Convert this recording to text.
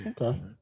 Okay